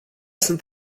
sunt